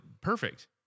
perfect